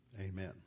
amen